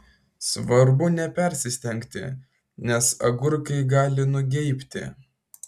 svarbu nepersistengti nes agurkai gali nugeibti